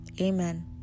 amen